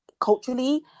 culturally